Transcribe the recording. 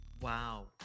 Wow